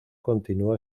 continúa